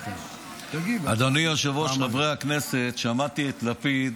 אדוני היושב-ראש, חברי הכנסת, שמעתי את לפיד